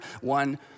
one